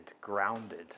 grounded